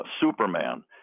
Superman